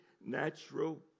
natural